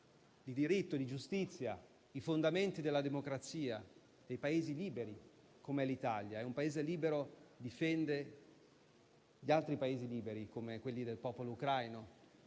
di diritto, di giustizia, dei fondamenti della democrazia dei Paesi liberi come l'Italia. Un Paese libero difende gli altri Paesi liberi come quello del popolo ucraino